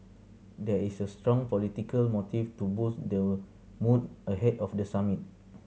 there is a strong political motive to boost the mood ahead of the summit